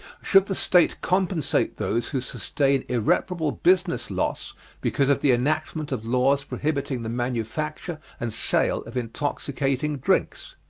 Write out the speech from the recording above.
should the state compensate those who sustain irreparable business loss because of the enactment of laws prohibiting the manufacture and sale of intoxicating drinks?